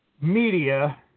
media